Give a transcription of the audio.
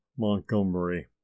montgomery